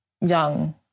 young